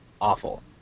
awful